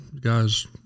guys